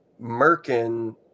Merkin